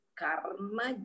karma